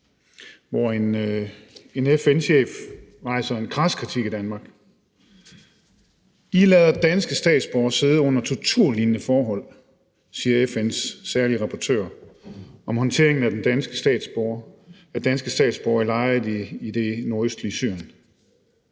rejser en FN-chef en kras kritik af Danmark. »I lader danske statsborgere sidde under torturlignende forhold«, siger FN's særlige rapportør om håndteringen af danske statsborgere i lejre i det nordøstlige Syrien: